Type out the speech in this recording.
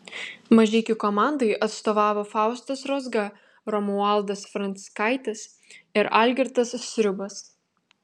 mažeikių komandai atstovavo faustas rozga romualdas franckaitis ir algirdas sriubas